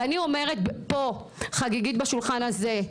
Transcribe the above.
ואני אומרת פה חגיגית בשולחן הזה,